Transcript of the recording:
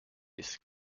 disc